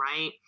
right